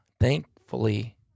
thankfully